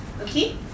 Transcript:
Okay